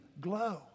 glow